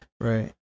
Right